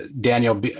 Daniel